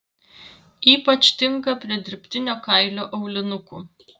ypač tinka prie dirbtinio kailio aulinukų